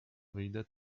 wyjdę